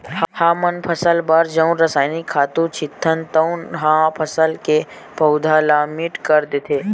हमन फसल बर जउन रसायनिक खातू छितथन तउन ह फसल के पउधा ल मीठ कर देथे